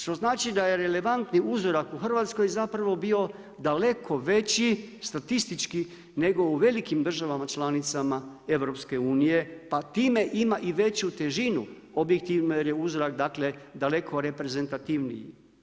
Što znači da je relevantni uzorak u Hrvatskoj zapravo bio daleko veći, statistički nego u velikim državama članicama EU, pa time ima i veću težinu objektivno jer je uzorak dakle daleko reprezentativniji.